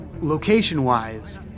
Location-wise